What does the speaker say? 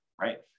right